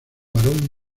varón